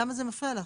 למה זה מפריע לך?